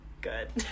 good